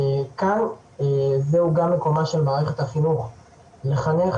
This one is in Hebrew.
כאן זהו גם מקומה של מערכת החינוך לחנך,